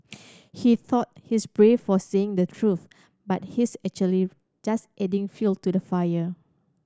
he thought he's brave for saying the truth but he's actually just adding fuel to the fire